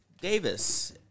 Davis